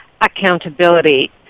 accountability